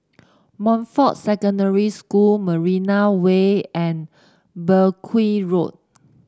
Montfort Secondary School Marina Way and Mergui Road